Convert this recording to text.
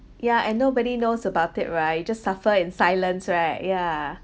yeah and nobody knows about it right just suffer in silence right yeah